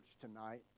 tonight